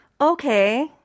Okay